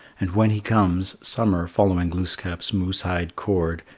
and when he comes, summer, following glooskap's moose-hide cord,